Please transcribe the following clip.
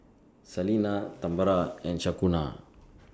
Salina Tambra and Shaquana